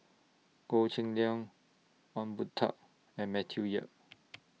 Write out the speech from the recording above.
Goh Cheng Liang Ong Boon Tat and Matthew Yap